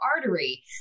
artery